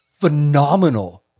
phenomenal